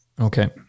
Okay